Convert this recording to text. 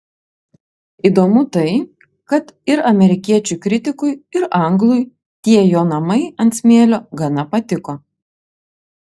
įdomu tai kad ir amerikiečiui kritikui ir anglui tie jo namai ant smėlio gana patiko